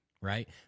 right